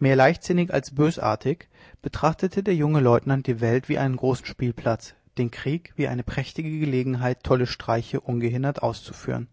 mehr leichtsinnig als bösartig betrachtete der junge leutnant die welt wie einen großen spielplatz den krieg wie eine prächtige gelegenheit tolle streiche ungehindert auszuführen